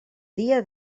dia